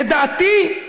לדעתי,